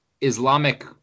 Islamic